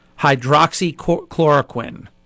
hydroxychloroquine